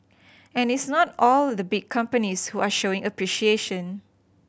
and it's not all the big companies who are showing appreciation